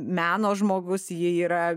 meno žmogus ji yra